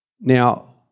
Now